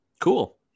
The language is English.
Cool